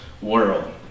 world